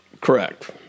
correct